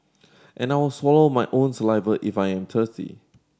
and I will swallow my own saliva if I am thirsty